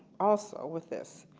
also with this.